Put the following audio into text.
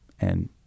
and-